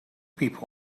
people